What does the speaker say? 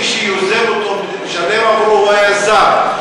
מי שיוזם אותו ומשלם עבורו הוא היזם.